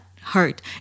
hurt